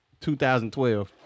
2012